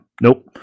Nope